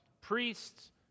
priests